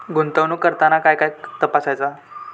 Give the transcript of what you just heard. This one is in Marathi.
गुंतवणूक करताना काय काय तपासायच?